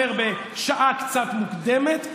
הייתי אומר שבשעה קצת מוקדמת.